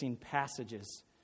passages